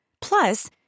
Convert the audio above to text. Plus